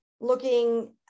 looking